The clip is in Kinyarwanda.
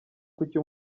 kuki